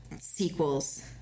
sequels